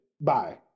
Bye